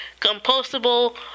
compostable